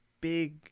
big